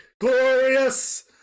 Glorious